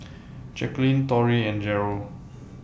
Jacquelyn Torrey and Jarrell